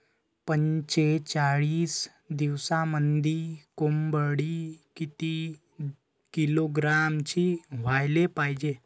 पंचेचाळीस दिवसामंदी कोंबडी किती किलोग्रॅमची व्हायले पाहीजे?